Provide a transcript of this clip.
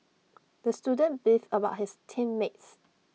the student beefed about his team mates